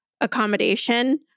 accommodation